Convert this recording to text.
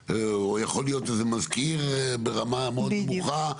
או יכול להיות איזה מזכיר ברמה מאוד נמוכה.